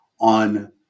on